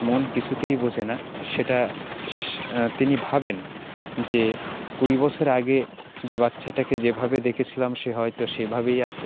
মন কিছুতেই বোঝে না সেটা তিনি ভাবেন যে কুড়ি বছর আগে যে বাচ্চাটাকে যেভাবে দেখেছিলাম সে হয়তো সেভাবেই আছে